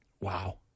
Wow